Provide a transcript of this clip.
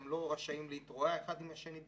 הם לא רשאים להתרועע אחד עם השני.